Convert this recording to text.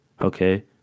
okay